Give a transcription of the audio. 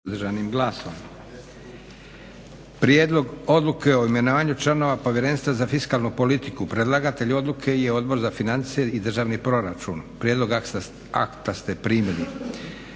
Josip (SDP)** Prijedlog odluke o imenovanju članova Povjerenstva za fiskalnu politiku. predlagatelj odluke je Odbor za financije i državni proračun. Prijedlog akta ste primili.